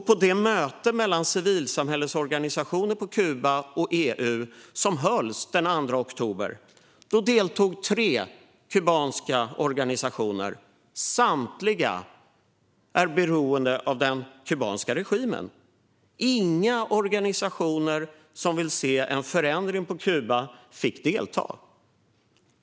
På det möte mellan civilsamhällesorganisationer på Kuba och EU som hölls den 2 oktober deltog tre kubanska organisationer. Samtliga är beroende av den kubanska regimen. Inga organisationer som vill se en förändring på Kuba fick delta.